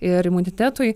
ir imunitetui